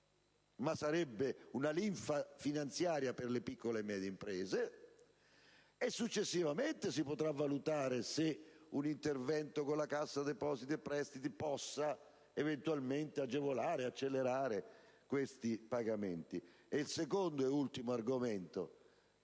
ma sarebbe una linfa finanziaria per le piccole e medie imprese, e successivamente si potrà valutare se un intervento con la Cassa depositi e prestiti possa eventualmente agevolare, accelerare tali pagamenti.